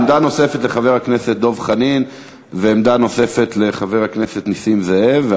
עמדה נוספת לחבר הכנסת דב חנין ועמדה נוספת לחבר הכנסת נסים זאב.